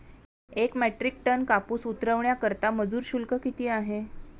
एक metric tonne कापूस उतरवण्याकरता मजूर शुल्क किती आहे?